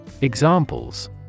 Examples